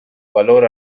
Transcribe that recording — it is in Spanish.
valor